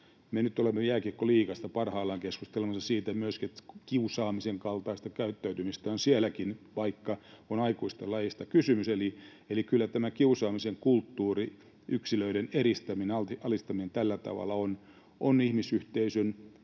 nyt myöskin jääkiekkoliigasta parhaillaan keskustelemassa, että kiusaamisen kaltaista käyttäytymistä on sielläkin, vaikka on aikuisten lajista kysymys. Eli kyllä tämä kiusaamisen kulttuuri, yksilöiden eristäminen, alistaminen tällä tavalla, on ihmisyhteisön